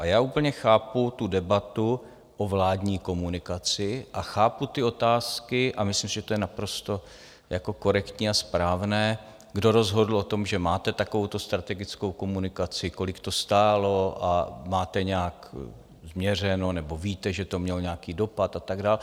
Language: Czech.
A já úplně chápu debatu o vládní komunikaci a chápu ty otázky, a myslím, že to je naprosto korektní a správné, kdo rozhodl o tom, že máte takovouto strategickou komunikaci, kolik to stálo, a máte nějak měřeno, nebo víte, že to mělo nějaký dopad, a tak dál.